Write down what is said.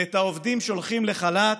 ואת העובדים שולחים לחל"ת,